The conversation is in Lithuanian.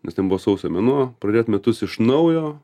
nes ten buvo sausio mėnuo pradėt metus iš naujo